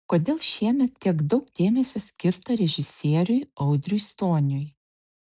kodėl šiemet tiek daug dėmesio skirta režisieriui audriui stoniui